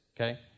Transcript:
Okay